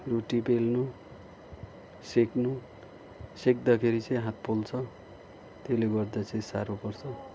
रोटी बेल्नु सेक्नु सेक्दाखेरि चाहिँ हात पोल्छ त्यसले गर्दा चाहिँ साह्रो पर्छ